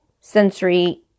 sensory